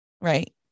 right